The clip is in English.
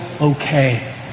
okay